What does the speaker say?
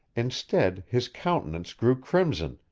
instead, his countenance grew crimson,